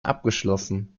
abgeschlossen